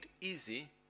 easy